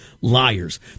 liars